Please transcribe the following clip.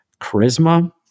charisma